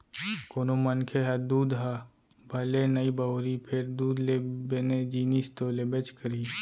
कोनों मनखे ह दूद ह भले नइ बउरही फेर दूद ले बने जिनिस तो लेबेच करही